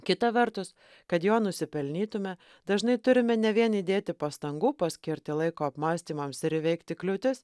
kita vertus kad jo nusipelnytume dažnai turime ne vien įdėti pastangų paskirti laiko apmąstymams ir įveikti kliūtis